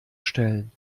stellen